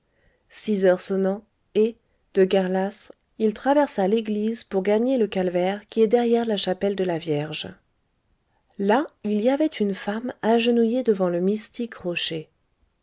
six heures sonnant et de guerre lasse il traversa l'église pour gagner le calvaire qui est derrière la chapelle de la vierge là il y avait une femme agenouillée devant le mystique rocher